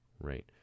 right